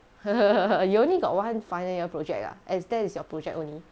you only got one final year project ah as that is your project only